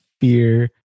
fear